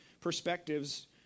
perspectives